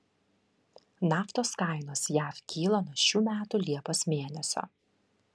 naftos kainos jav kyla nuo šių metų liepos mėnesio